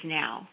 now